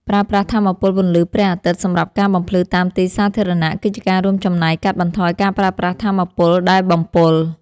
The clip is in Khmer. ប្រើប្រាស់ថាមពលពន្លឺព្រះអាទិត្យសម្រាប់ការបំភ្លឺតាមទីសាធារណៈគឺជាការរួមចំណែកកាត់បន្ថយការប្រើប្រាស់ថាមពលដែលបំពុល។